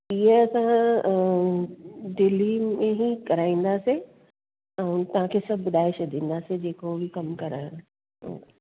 इहे असां दिल्ली में ई कराईंदासीं ऐं तव्हांखे सभु ॿुधाए छॾींदासीं जेको बि कमु कराइणो आहे